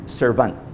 servant